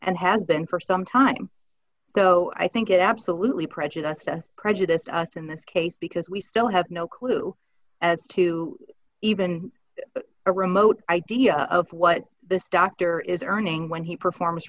and has been for some time so i think it absolutely prejudiced and prejudice us in this case because we still have no clue as to even a remote idea of what this doctor is earning when he perform